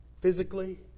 physically